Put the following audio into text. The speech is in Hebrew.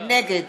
נגד